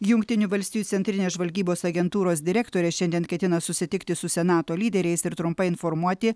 jungtinių valstijų centrinės žvalgybos agentūros direktorė šiandien ketina susitikti su senato lyderiais ir trumpai informuoti